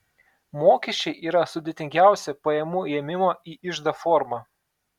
mokesčiai yra sudėtingiausia pajamų ėmimo į iždą forma